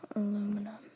Aluminum